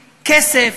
כסף,